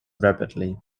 rapidly